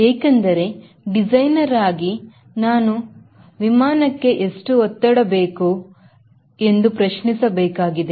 ಏಕೆಂದರೆ ಡಿಸೈನರ್ ಆಗಿ ನಾನುಮುದ್ದಿಸ್ತಾ ವಿಮಾನಕ್ಕೆ ಎಷ್ಟು ಒತ್ತಡ ಬೇಕು ಎಂದು ಪ್ರಶ್ನಿಸಬೇಕಾಗಿದೆ